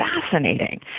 fascinating